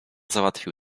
załatwił